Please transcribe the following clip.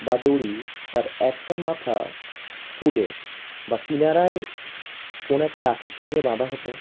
বা দড়ি তার একটা মাথা কূলে বা কিনারায় কোনো একটা লাঠির সঙ্গে বাঁধা হতো